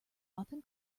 often